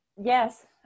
yes